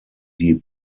die